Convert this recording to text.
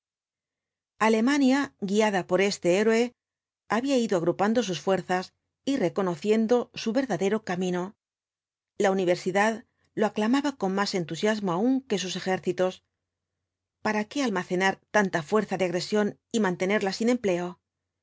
alemania guiada por este héroe había ido agrupando sus fuerzas y reconociendo su verdadero camino la universidad lo aclamaba con más entusiasmo aún que sus ejércitos para qué almacenar tanta fuerza de agresión y mantenerla sin empleo